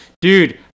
dude